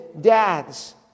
dads